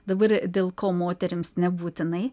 dabar dėl ko moterims nebūtinai